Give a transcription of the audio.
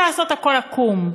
למה לעשות הכול עקום?